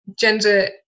gender